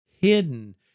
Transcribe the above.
hidden